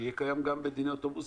שיהיה קיים גם בדיני אוטובוסים.